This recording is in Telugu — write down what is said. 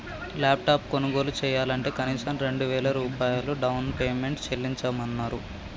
ల్యాప్టాప్ కొనుగోలు చెయ్యాలంటే కనీసం రెండు వేల రూపాయలు డౌన్ పేమెంట్ చెల్లించమన్నరు